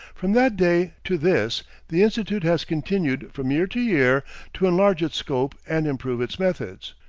from that day to this the institute has continued from year to year to enlarge its scope and improve its methods.